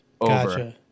over